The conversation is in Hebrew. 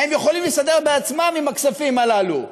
הם יכולים להסתדר בעצמם עם הכספים הללו.